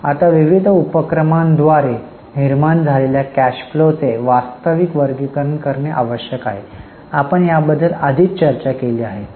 आता विविध उपक्रमांद्वारे निर्माण झालेल्या कॅश फ्लोचे वास्तविक वर्गीकरण करणे आवश्यक आहे आपण याबद्दल आधीच चर्चा केली आहे